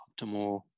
optimal